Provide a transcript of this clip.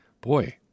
boy